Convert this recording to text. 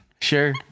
Sure